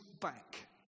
back